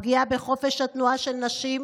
תהיה פגיעה בחופש התנועה של נשים.